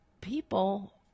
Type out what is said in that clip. people